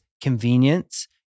convenience